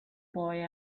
boy